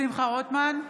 שמחה רוטמן,